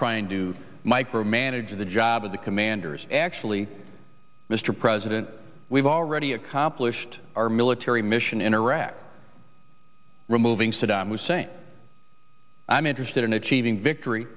to micromanage the job of the commanders actually mr president we've already accomplished our military mission in iraq removing saddam hussein i'm interested in achieving victory